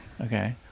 Okay